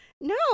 No